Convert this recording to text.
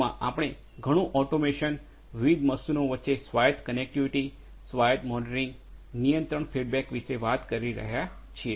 માં આપણે ઘણું ઓટોમેશન વિવિધ મશીનો વચ્ચે સ્વાયત્ત કનેક્ટિવિટી સ્વાયત્ત મોનિટરિંગ નિયંત્રણ ફીડબેક વિશે વાત કરી રહ્યા છીએ